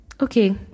Okay